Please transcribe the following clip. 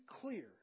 clear